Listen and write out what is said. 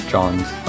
John's